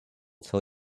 till